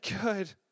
good